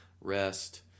rest